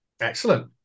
Excellent